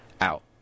out